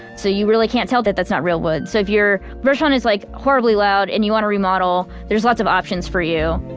so you really can't tell that, that's not real wood. so if your restaurant is like horribly loud and you want to remodel there's lots of options for you